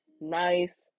nice